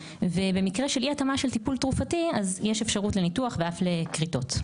ובמקרה של אי התאמה של טיפול תרופתי יש אפשרות לניתוח ואף לכריתות.